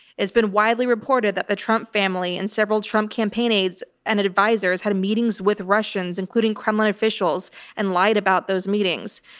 it's been widely reported that the trump family and several trump campaign aides and advisors had meetings with russians, including kremlin officials and lied about those meetings.